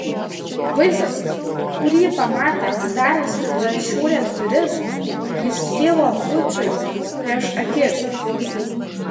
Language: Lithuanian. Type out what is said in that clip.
vaizdas kurį pamatė atidaręs pašiūrės duris vis kilo bučui prieš akis